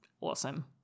awesome